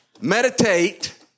meditate